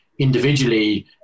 Individually